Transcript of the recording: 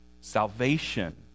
Salvation